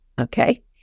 okay